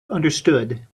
understood